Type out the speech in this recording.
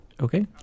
Okay